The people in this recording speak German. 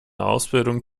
ausbildung